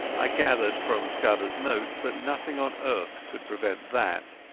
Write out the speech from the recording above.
i gathered from scudderas notes that nothing on earth could prevent that.